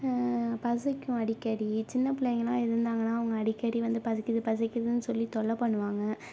பசிக்கும் அடிக்கடி சின்ன பிள்ளைங்களாம் இருந்தாங்கன்னா அவங்க அடிக்கடி வந்து பசிக்குது பசிக்குதுன்னு சொல்லி தொல்லை பண்ணுவாங்க